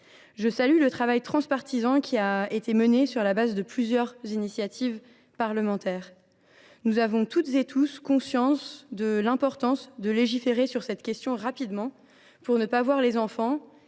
Je salue le travail transpartisan qui a été mené sur la base de plusieurs initiatives parlementaires. Nous avons toutes et tous conscience de l’importance de légiférer sur cette question rapidement, afin que les enfants,